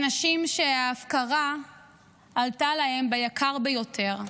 אנשים שההפקרה עלתה להם ביקר ביותר.